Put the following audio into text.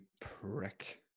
prick